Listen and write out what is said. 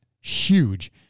huge